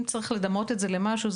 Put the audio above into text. אם צריך לדמות את זה למשהו,